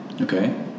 okay